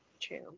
True